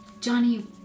Johnny